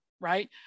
right